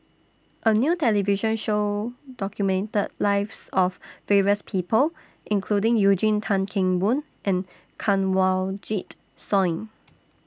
A New television Show documented The Lives of various People including Eugene Tan Kheng Boon and Kanwaljit Soin